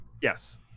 yes